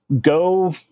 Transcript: go